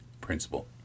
principle